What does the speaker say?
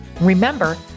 Remember